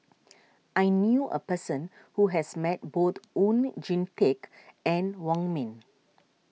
I knew a person who has met both Oon Jin Teik and Wong Ming